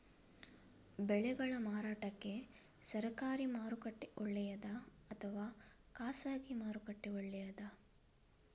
ಬೆಳೆಗಳ ಮಾರಾಟಕ್ಕೆ ಸರಕಾರಿ ಮಾರುಕಟ್ಟೆ ಒಳ್ಳೆಯದಾ ಅಥವಾ ಖಾಸಗಿ ಮಾರುಕಟ್ಟೆ ಒಳ್ಳೆಯದಾ